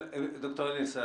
אבל ד"ר אניס,